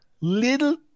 little